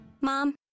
Mom